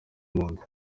impunzi